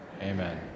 amen